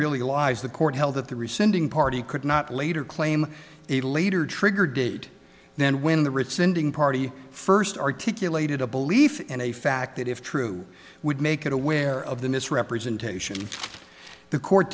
really lies the court held that the rescinding party could not later claim a later triggered date then when the rescinding party first articulated a belief and a fact that if true would make it aware of the misrepresentation the court